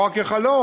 לא רק כחלום,